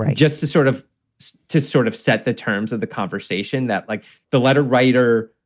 just to sort of to sort of set the terms of the conversation that, like the letter writer,